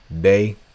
day